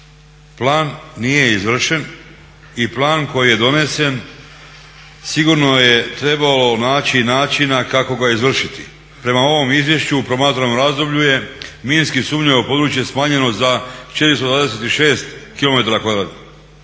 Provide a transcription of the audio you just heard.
Plan nije izvršen i plan koji je donesen sigurno je trebalo naći načina kako ga izvršiti. Prema ovom izvješću u promatranom razdoblju je minski sumnjivo područje smanjeno za 426 km